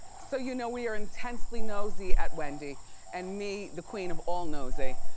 so you know we are intensely nosy at wendy and me, the queen of all nosy.